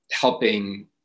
helping